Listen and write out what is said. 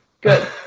good